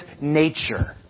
nature